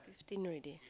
fifteen already